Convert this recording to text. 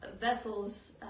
vessels